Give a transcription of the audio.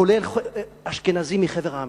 כולל אשכנזים מחבר המדינות,